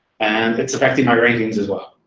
and it's affecting our ratings as well.